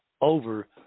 over